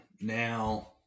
now